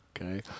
Okay